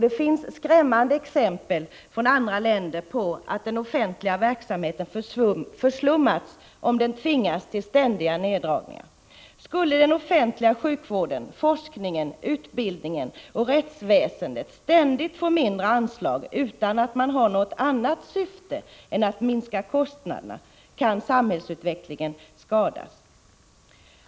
Det finns skrämmande exempel från andra länder på att den offentliga verksamheten förslummas om den tvingas till ständiga neddragningar. Skulle den offentliga sjukvården, forskningen, utbildningen och rättsväsendet ständigt få mindre anslag utan att man har något annat syfte än att minska kostnaderna, kan samhällsutvecklingen skadas.